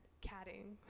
catting